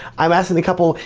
i'm asking the couple,